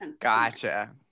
gotcha